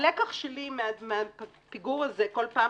הלקח שלי מהפיגור הזה כל פעם,